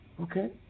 Okay